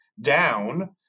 down